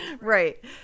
Right